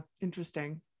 interesting